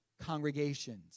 congregations